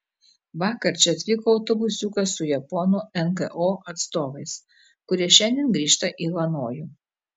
vakar čia atvyko autobusiukas su japonų ngo atstovais kurie šiandien grįžta į hanojų